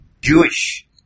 Jewish